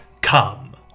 come